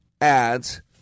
adds